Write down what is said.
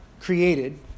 created